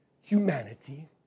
humanity